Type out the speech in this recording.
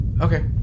Okay